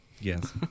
Yes